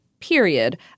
period